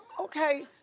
okay,